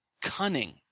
cunning